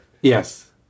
yes